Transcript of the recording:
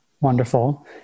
Wonderful